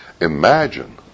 Imagine